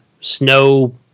snow